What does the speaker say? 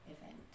event